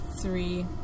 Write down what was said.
three